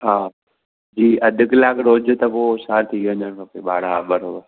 हा जी अधु कलाकु रोज़ त पोइ होशियारु थी वञणु खपे ॿारु हा बराबरि